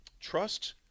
Trust